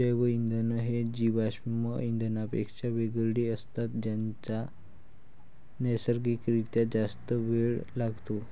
जैवइंधन हे जीवाश्म इंधनांपेक्षा वेगळे असतात ज्यांना नैसर्गिक रित्या जास्त वेळ लागतो